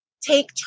take